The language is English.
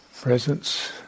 Presence